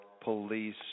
police